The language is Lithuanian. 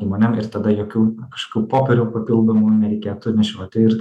įmonėm ir tada jokių kažkokių popierių papildomų nereikėtų nešioti ir